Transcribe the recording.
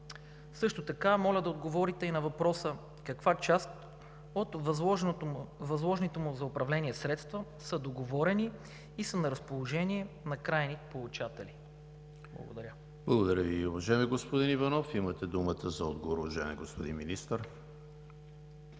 Също така моля да отговорите и на въпроса: каква част от възложените му за управление средства са договорени и са на разположение на крайни получатели? ПРЕДСЕДАТЕЛ ЕМИЛ ХРИСТОВ: Благодаря Ви, уважаеми господин Иванов. Имате думата за отговор, уважаеми господин Министър.